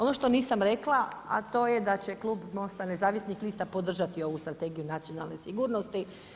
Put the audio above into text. Ono što nisam rekla, a to je da će klub MOST-a nezavisnih lista podržati ovu Strategiju nacionalne sigurnosti.